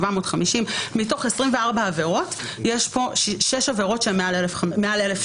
750. מתוך 24 עבירות יש פה שש עבירות שהן מעל 1,000 שקלים.